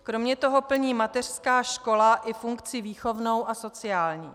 Kromě toho plní mateřská škola i funkci výchovnou a sociální.